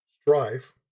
strife